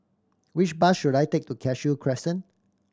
which bus should I take to Cashew Crescent